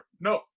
no